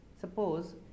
suppose